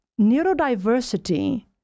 neurodiversity